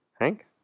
Hank